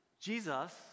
Jesus